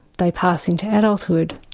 they pass into adulthood.